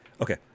Okay